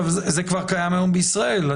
זה כבר קיים היום בישראל.